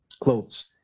clothes